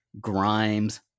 Grimes